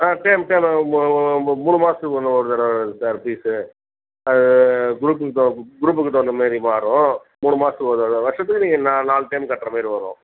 ஆ term டேர்மாக மு மூணு மாதத்துக்கு ஒன்று ஒரு தடவை சார் ஃபீஸ்ஸு அது குரூப்புக்கு தகு குரூப்புக்கு தகுந்த மாதிரி மாறும் மூணு மாதத்துக்கு ஒரு தடவை வருஷத்துக்கு நீங்கள் நா நாலு டேர்ம் கட்டுற மாதிரி வரும்